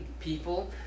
people